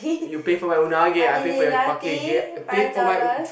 you pay for my unagi I pay for your parking okay pay for my u~